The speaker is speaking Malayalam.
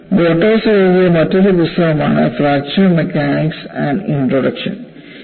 ഗോട്ടോസ് എഴുതിയ മറ്റൊരു പുസ്തകം ആണ് "ഫ്രാക്ചർ മെക്കാനിക്സ് ആൻ ഇൻട്രൊഡക്ഷൻ"